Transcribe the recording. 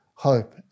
hope